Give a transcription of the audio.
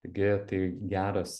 taigi tai geras